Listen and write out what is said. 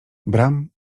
bram